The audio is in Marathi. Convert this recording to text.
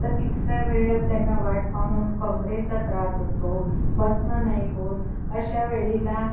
तर तितक्या वेळेला त्यांना वाट पाहून कमरेचा त्रास असतो बसणं नाही होत अशा वेळेला